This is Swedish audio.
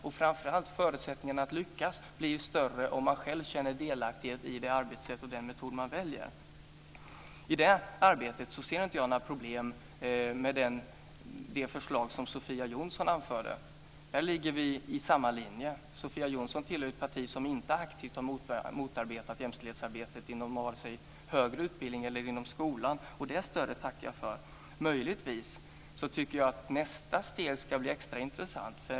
Och framför allt blir förutsättningarna att lyckas större om man själv känner delaktighet i det arbetsätt och den metod man väljer. I det arbetet ser inte jag några problem med det förslag som Sofia Jonsson framförde. Där ligger vi i samma linje. Sofia Jonsson tillhör ett parti som inte aktivt har motarbetat jämställdhetsarbetet inom vare sig högre utbildning eller skolan. Det stödet tackar jag för. Jag tycker möjligen att nästa steg ska bli extra intressant.